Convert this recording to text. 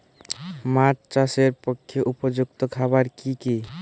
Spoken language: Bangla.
মাছ চাষের পক্ষে উপযুক্ত খাবার কি কি?